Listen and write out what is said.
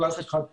פלסטיק חד פעמי.